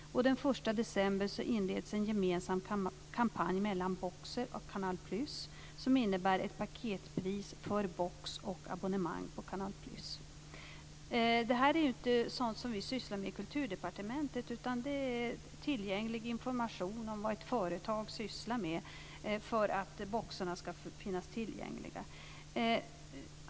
Den 1 december inleds en gemensam kampanj mellan Boxer och Canal +, som innebär ett paketpris för box och abonnemang på Canal +. Det här är ju inte sådant som vi sysslar med i Kulturdepartementet, utan det är tillgänglig information om vad ett företag gör för att boxarna ska finnas tillgängliga.